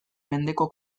mendeko